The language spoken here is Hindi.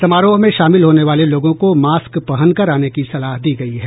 समारोह में शामिल होने वाले लोगों को मास्क पहनकर आने की सलाह दी गयी है